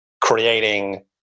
creating